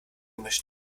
gemischt